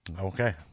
Okay